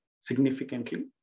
significantly